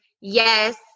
yes